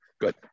good